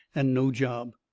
and no job.